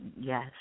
Yes